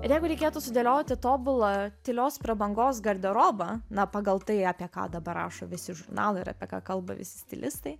ir jeigu reikėtų susidėlioti tobulą tylios prabangos garderobą na pagal tai apie ką dabar rašo visi žurnalai ir apie ką kalba visi stilistai